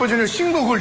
um sort of single.